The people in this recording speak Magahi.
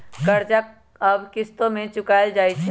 कर्जा अब किश्तो में चुकाएल जाई छई